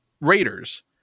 Raiders